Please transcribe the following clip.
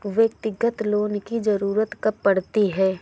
व्यक्तिगत लोन की ज़रूरत कब पड़ती है?